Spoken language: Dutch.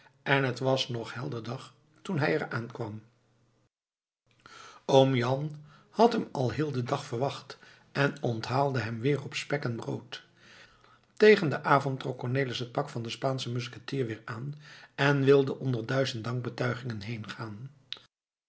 en het was nog helder dag toen hij er aankwam oom jan had hem al heel den dag verwacht en onthaalde hem weer op spek en brood tegen den avond trok cornelis het pak van den spaanschen musketier weer aan en wilde onder duizend